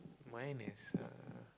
mine is a